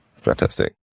Fantastic